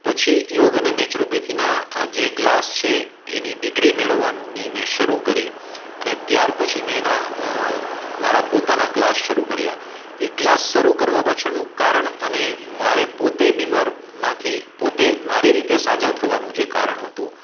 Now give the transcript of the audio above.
પછી યોગ અને નેચરોપેથીનાં જે ક્લાસ છે એની ડીગ્રી મેળવવાં ની મેં શરૂ કરી અને ત્યાર પછી મેં એનાં મારાં પોતાનાં કલાશ શરૂ કર્યા એ ક્લાસ શરૂ કરવાં પાછળનું કારણ અને મારે પોતે બીમારમાંથી પોતે મારી રીતે સાજા થવાનું જે કારણ હતું